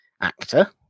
actor